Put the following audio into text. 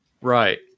right